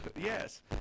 Yes